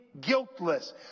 guiltless